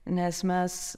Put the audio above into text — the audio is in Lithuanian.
nes mes